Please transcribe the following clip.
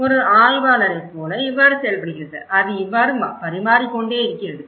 ஒரு ஆய்வாளரைப் போல இவ்வாறு செயல்படுகிறது அது இவ்வாறு பரிமாறிக்கொண்டே இருக்கிறது